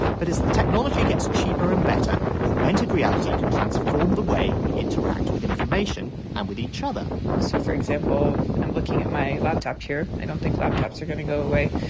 but as the technology gets cheaper and better augmented reality could transform the way we interact with information and with each other so for example i'm looking at my laptop here. i don't think laptops are going to go away.